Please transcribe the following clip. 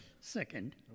second